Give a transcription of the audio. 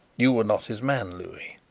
you were not his man, louis.